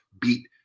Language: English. beat